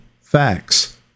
facts